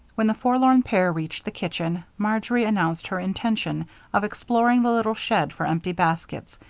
when the forlorn pair reached the kitchen, marjory announced her intention of exploring the little shed for empty baskets,